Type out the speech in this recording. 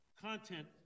content